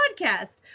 podcast